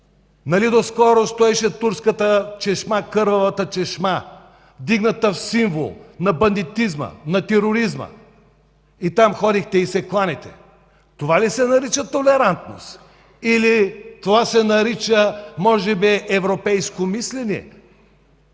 Нали доскоро стоеше турската чешма – кървавата чешма, вдигната в символ на бандитизма, на тероризма и там ходихте и се кланяте. Това ли се нарича толерантност? Или това се нарича може би европейско мислене,